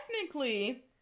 technically